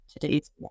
today's